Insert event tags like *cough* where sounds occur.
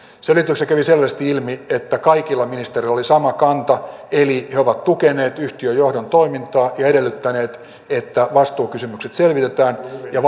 selvityksessä kävi selvästi ilmi että kaikilla ministereillä oli sama kanta eli he ovat tukeneet yhtiön johdon toimintaa ja edellyttäneet että vastuukysymykset selvitetään ja *unintelligible*